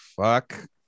fuck